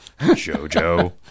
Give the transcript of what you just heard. Jojo